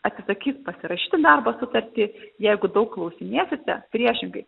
atsisakys pasirašyti darbo sutartį jeigu daug klausinėsite priešingai